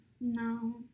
No